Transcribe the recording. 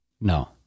No